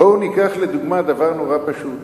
בואו ניקח לדוגמה דבר נורא פשוט: